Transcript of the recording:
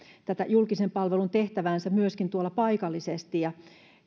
tätä julkisen palvelun tehtäväänsä myöskin tuolla paikallisesti ja